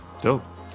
dope